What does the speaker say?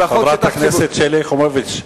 חברת הכנסת יחימוביץ,